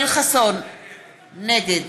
נגד